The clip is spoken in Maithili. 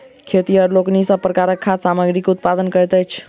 खेतिहर लोकनि सभ प्रकारक खाद्य सामग्रीक उत्पादन करैत छथि